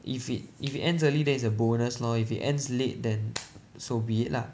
if it if it ends early then is a bonus lor if it ends late then so be it lah